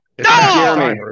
No